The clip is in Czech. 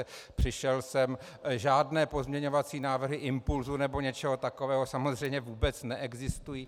Přišel jsem, žádné pozměňovací návrhy Impulsu nebo něčeho takového samozřejmě vůbec neexistují.